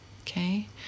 Okay